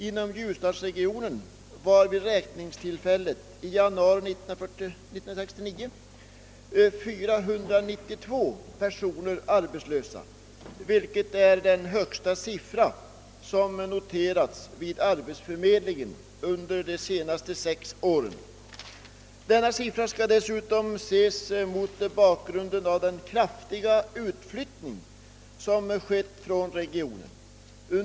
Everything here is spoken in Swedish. Inom ljusdalsregionen var vid räkningstillfället i januari 1969 492 personer arbetslösa, vilket är den högsta sfifra som noterats vid arbetsförmedlingen under de senaste sex åren. Denna siffra bör dessutom ses mot bakgrunden av den kraftiga utflyttning som skett från regionen.